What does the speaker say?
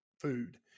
food